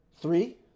three